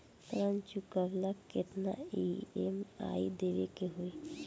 ऋण चुकावेला केतना ई.एम.आई देवेके होई?